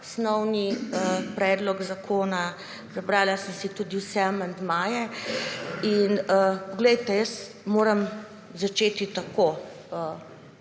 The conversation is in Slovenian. osnovni predlog zakona, prebrala sem tudi vse amandmaje. Poglejte, jaz moram začeti tako,